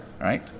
right